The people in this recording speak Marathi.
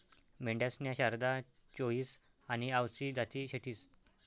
मेंढ्यासन्या शारदा, चोईस आनी आवसी जाती शेतीस